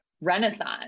renaissance